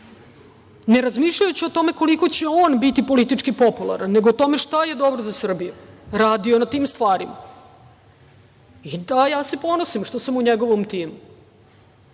ne razmišljajući o tome koliko će on biti politički popularan, nego o tome šta je dobro za Srbiju, radio na tim stvarima. Da, ja se ponosim što sam u njegovom timu.U